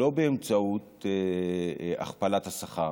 שלא באמצעות הכפלת השכר,